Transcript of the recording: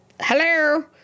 hello